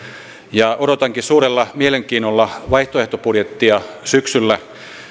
ja odotankin suurella mielenkiinnolla vaihtoehtobudjettia syksyllä